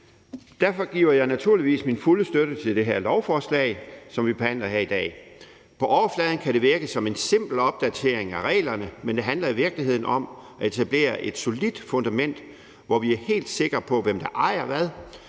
Derfor giver jeg naturligvis min fulde støtte til det her lovforslag, som vi behandler i dag. På overfladen kan det virke som en simpel opdatering af reglerne, men det handler i virkeligheden om at etablere et solidt fundament, hvor vi er helt sikre på, hvem der ejer hvad,